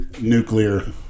nuclear